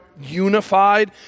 unified